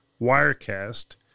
Wirecast